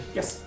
Yes